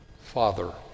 father